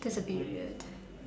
that's a bit weird